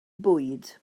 bwyd